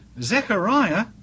Zechariah